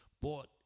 bought